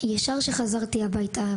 א': ישר כשחזרתי הביתה.